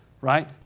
right